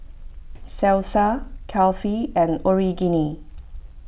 Salsa Kulfi and Onigiri